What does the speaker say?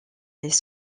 les